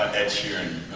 ed sheeran